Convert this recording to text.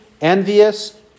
envious